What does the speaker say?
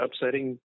upsetting